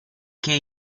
che